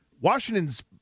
Washington's –